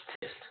test